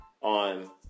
on